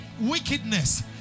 wickedness